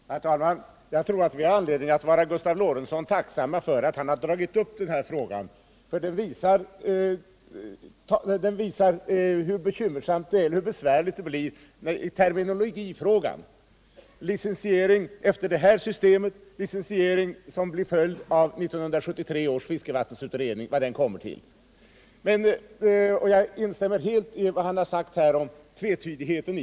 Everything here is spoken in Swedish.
Herr talman! Jag tror att vi har anledning att vara Gustav Lorentzon tacksamma för att han har tagit upp den här frågan, för den visar hur besvärligt det blir i terminologifrågan — licensiering efter det här systemet och licensiering på grundval av vad 1973 års fiskevattensutredning kommer fram till. Jag instämmer helt i vad Gustav Lorentzon sade om tvetydigheten.